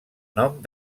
nom